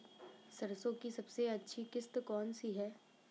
सरसो की सबसे अच्छी किश्त कौन सी है?